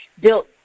built